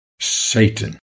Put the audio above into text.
Satan